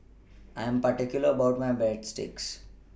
I Am particular about My Breadsticks